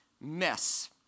mess